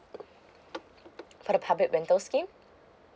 for the public rental scheme